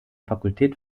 fakultät